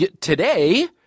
today